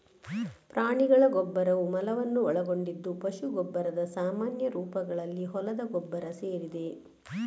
ಪ್ರಾಣಿಗಳ ಗೊಬ್ಬರವು ಮಲವನ್ನು ಒಳಗೊಂಡಿದ್ದು ಪಶು ಗೊಬ್ಬರದ ಸಾಮಾನ್ಯ ರೂಪಗಳಲ್ಲಿ ಹೊಲದ ಗೊಬ್ಬರ ಸೇರಿದೆ